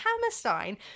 Hammerstein